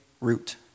root